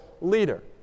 leader